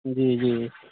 जी जी